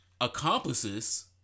Accomplices